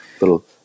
little